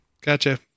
Gotcha